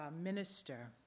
minister